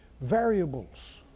variables